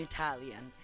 Italian